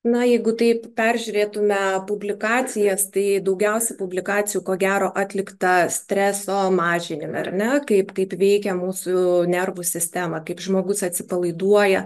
na jeigu taip peržiūrėtume publikacijas tai daugiausiai publikacijų ko gero atlikta streso mažinime ar ne kaip kaip veikia mūsų nervų sistemą kaip žmogus atsipalaiduoja